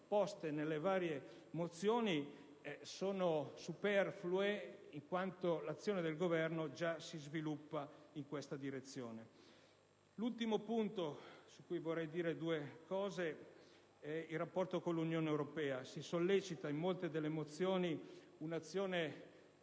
nelle varie mozioni sono superflue, in quanto l'azione del Governo già si sviluppa in questa direzione. L'ultimo punto, su cui vorrei fare due considerazioni, è il rapporto con l'Unione europea. Si sollecita in molte delle mozioni un'azione